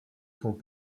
sont